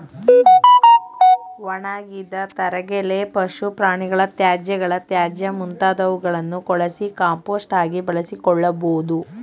ಒಣಗಿದ ತರಗೆಲೆ, ಪಶು ಪ್ರಾಣಿಗಳ ತ್ಯಾಜ್ಯ ಮುಂತಾದವುಗಳನ್ನು ಕೊಳಸಿ ಕಾಂಪೋಸ್ಟ್ ಆಗಿ ಬಳಸಿಕೊಳ್ಳಬೋದು